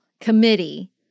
committee